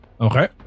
okay